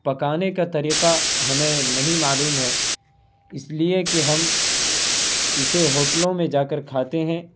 پکانے کا طریقہ ہمیں نہیں معلوم ہے اس لیے کہ ہم اسے ہوٹلوں میں جا کر کھاتے ہیں